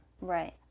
Right